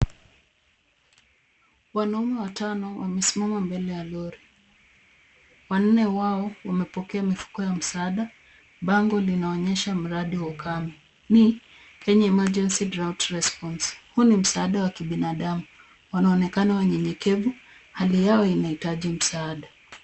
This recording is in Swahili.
Wanaume watano wamesimama mbele ya lori. Wanne wao wamepokea mifuko ya msaada. Bango kubwa linaonyesha mradi wa ukame. Ni Kenya Emergency Drought Response. Huu ni msaada wa kibinadamu. Wanaonekana wanyenyekevu. Hali yao inahitaji msaada.